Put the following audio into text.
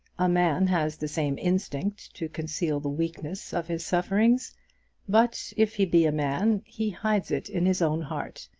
a man has the same instinct to conceal the weakness of his sufferings but, if he be a man, he hides it in his own heart,